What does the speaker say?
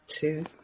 two